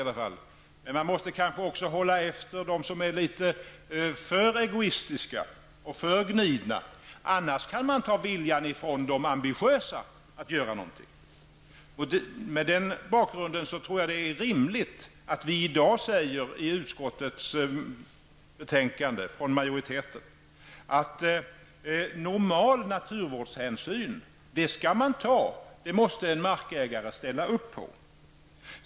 Denne sade att man kanske också måste hålla efter dem som är litet för egoistiska och för gnidna, eftersom man annars kan ta viljan att göra något från de ambitiösa. Mot den bakgrunden tror jag att det är rimligt att utskottsmajoriteten i dag skriver i betänkandet att man skall ta normal naturvårdhänsyn, att en markägare måste ställa upp på det.